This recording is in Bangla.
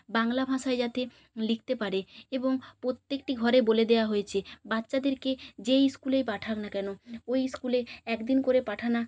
বাংলা ভাষায় যাতে লিখতে পারে এবং প্রত্যেকটি ঘরে বলে দেওয়া হয়েছে বাচ্চাদেরকে যেই স্কুলেই পাঠাক না কেন ওই স্কুলে এক দিন করে পাঠানো